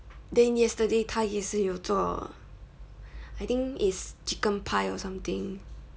then yesterday 他好像有做 I think it's chicken pie or something